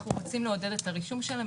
אנחנו רוצים לעודד את הרישום שלהם.